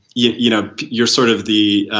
yeah you know you're sort of the